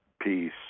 peace